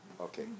Okay